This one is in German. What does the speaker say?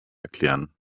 erklären